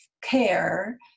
care